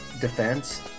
defense